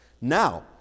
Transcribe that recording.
Now